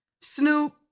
snoop